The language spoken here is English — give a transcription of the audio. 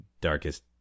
darkest